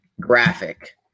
graphic